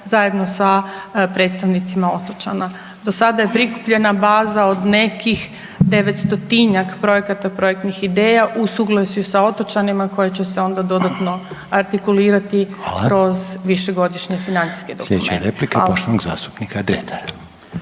zajedno sa predstavnicima otočana. Do sada je prikupljena baza od nekih 900-tinjak projekata i projektnih ideja u suglasju sa otočanima koji će se onda dodatno artikulirati kroz višegodišnje financijske dokumente. Hvala. **Reiner, Željko (HDZ)** Hvala.